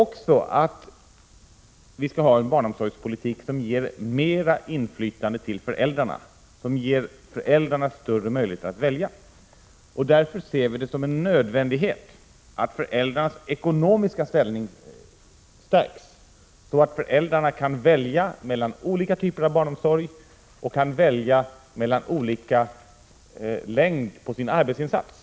Vi vill också ha en barnomsorgspolitik som ger mera inflytande till föräldrarna, som ger föräldrarna större möjligheter att välja. Därför ser vi det som en nödvändighet att föräldrarnas ekonomiska ställning stärks, så att föräldrarna kan välja mellan olika typer av barnomsorg och kan välja önskad längd på sin arbetsinsats.